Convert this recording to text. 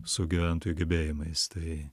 su gyventojų gebėjimais tai